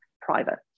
private